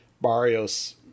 Barrios